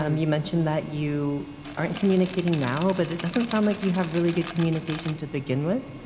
um you mentioned that you aren't communicating now, but it doesn't sound like you have really good communication to begin with.